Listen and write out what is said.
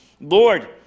Lord